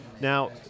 Now